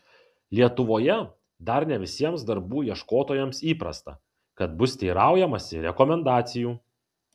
lietuvoje dar ne visiems darbų ieškotojams įprasta kad bus teiraujamasi rekomendacijų